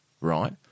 right